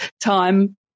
Time